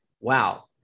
Wow